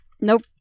Nope